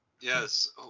Yes